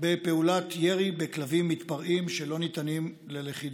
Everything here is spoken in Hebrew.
בפעולת ירי בכלבים מתפרעים שלא ניתנים ללכידה.